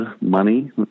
money